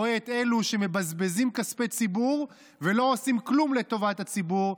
רואה את אלו שמבזבזים כספי ציבור ולא עושים כלום לטובת הציבור,